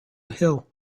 hill